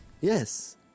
Yes